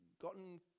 gotten